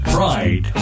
Pride